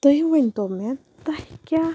تُہۍ ؤنۍ تو مےٚ تۄہہِ کیٛاہ